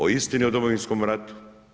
O istini u Domovinskom ratu.